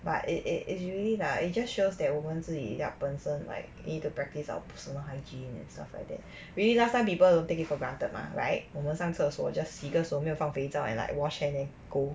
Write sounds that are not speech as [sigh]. but it it is really lah it just shows that 我们自己要本身 like need to practise our personal hygiene and stuff like that [breath] really last time people will take it for granted mah right 我们上厕所 just 洗个手没有放肥皂 and like wash and then go